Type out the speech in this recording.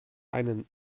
einen